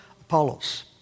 Apollos